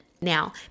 Now